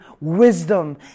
wisdom